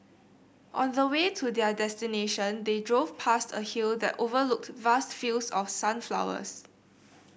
on the way to their destination they drove past a hill that overlooked vast fields of sunflowers